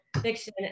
fiction